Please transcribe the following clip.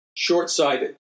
Short-sighted